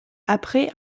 après